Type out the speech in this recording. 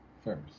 first